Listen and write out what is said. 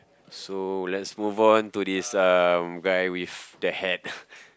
so let's move on to this um guy with the hat